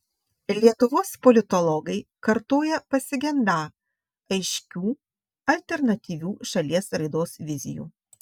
lietuvos politologai kartoja pasigendą aiškių alternatyvių šalies raidos vizijų